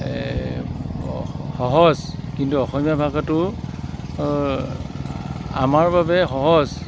এই সহজ কিন্তু অসমীয়া ভাষাটো আমাৰ বাবে সহজ